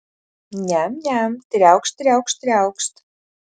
niam niam triaukšt triaukšt triaukšt